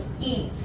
eat